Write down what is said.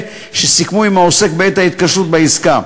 שסיכמו עם העוסק בעת ההתקשרות בעסקה.